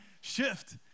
Shift